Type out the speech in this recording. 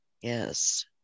yes